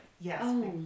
yes